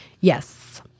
Yes